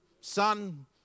Son